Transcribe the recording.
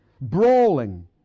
brawling